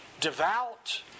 devout